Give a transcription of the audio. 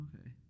okay